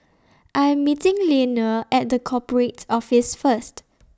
I Am meeting Leaner At The Corporate Office First